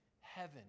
heaven